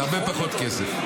זה הרבה פחות כסף.